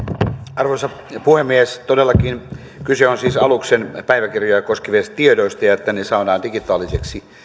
arvoisa puhemies kyse on siis aluksen päiväkirjoja koskevista tiedoista ja siitä että ne saadaan digitaaliseksi